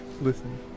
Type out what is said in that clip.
Listen